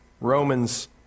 Romans